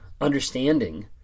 understanding